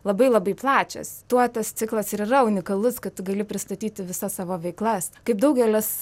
labai labai plačios tuo tas ciklas ir yra unikalus kad tu gali pristatyti visas savo veiklas kaip daugelis